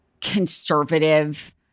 conservative